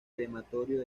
crematorio